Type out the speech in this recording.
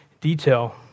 detail